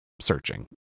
searching